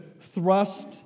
thrust